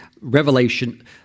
revelation